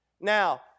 Now